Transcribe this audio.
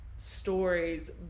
stories